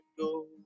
go